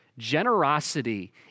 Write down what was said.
generosity